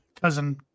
Cousin